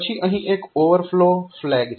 પછી અહીં એક ઓવરફ્લો ફ્લેગ છે